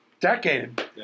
decade